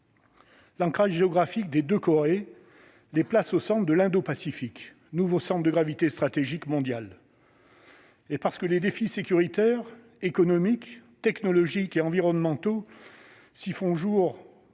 L'ancrage géographique des deux Corées les place au coeur de l'Indo-Pacifique, nouveau centre de gravité stratégique mondial. Et parce que les défis sécuritaires, économiques, technologiques et environnementaux qui